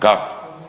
Kako?